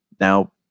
Now